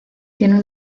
tiene